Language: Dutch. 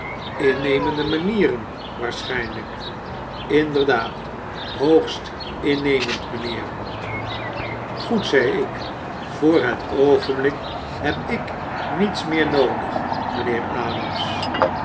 jnnemende manieren waarschijnlyk jnderdaa tfr ogst innemend mynheer goed zei ik b voor het oogenblik heb ik niets meer noodig mynheer adams